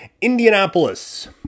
Indianapolis